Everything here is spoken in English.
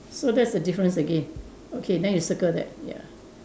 so that's a difference again okay then you circle that ya